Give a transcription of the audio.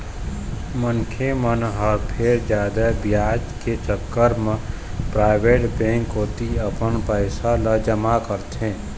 मनखे मन ह फेर जादा बियाज के चक्कर म पराइवेट बेंक कोती अपन पइसा ल जमा करथे